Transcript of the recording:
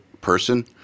person